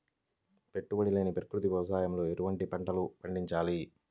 పెట్టుబడి లేని ప్రకృతి వ్యవసాయంలో ఎటువంటి పంటలు పండించాలి?